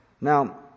Now